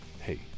hey